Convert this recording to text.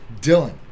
Dylan